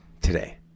Today